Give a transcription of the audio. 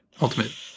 ultimate